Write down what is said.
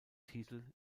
titel